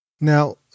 Now